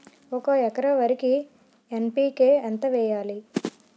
ఒక ఎకర వరికి ఎన్.పి కే ఎంత వేయాలి?